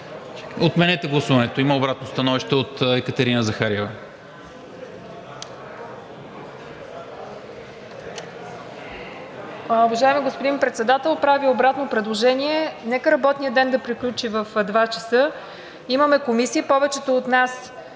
Отменете гласуването, има обратно становище от Екатерина Захариева.